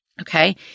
Okay